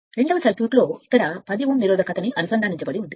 రెండవ సర్క్యూట్ ఇక్కడ 10 Ω నిరోధకత ని అనుసంధానించబడి ఉంది